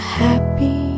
happy